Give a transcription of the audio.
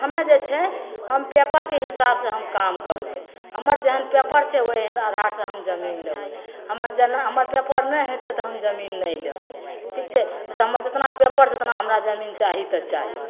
हमे जे छै हम पेपरके हिसाबसे हम काम करबै हमर जेहन पेपर छै ओहि आधारसे हम जमीन लेबै हमर जेना हमर पेपर नहि हेतै तऽ हम जमीन नहि लेबै ठीक छै नहि तऽ हमर जतना पेपर छै ओतना हमर जमीन चाही तऽ चाही